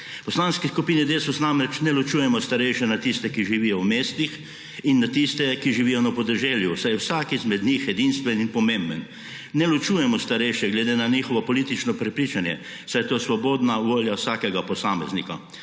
Poslanski skupini Desus namreč ne ločujemo starejše na tiste, ki živijo v mestih, in na tiste, ki živijo na podeželju, saj je vsak izmed njih edinstven in pomemben. Ne ločujemo starejših glede na njihovo politično prepričanje, saj je to svobodna volja vsakega posameznika.